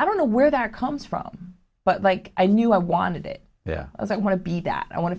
i don't know where that comes from but like i knew i wanted it there as i want to be that i wan